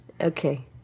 Okay